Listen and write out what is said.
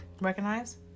recognize